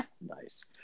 Nice